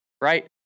right